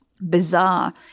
Bizarre